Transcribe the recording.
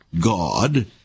God